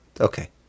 Okay